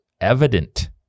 evident